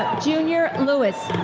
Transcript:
junior louis.